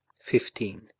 fifteen